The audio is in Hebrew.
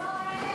זה לא 1,000,